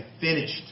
finished